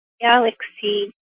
galaxy